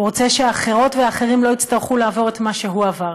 הוא רוצה שאחרות ואחרים לא יצטרכו לעבור את מה שהוא עבר.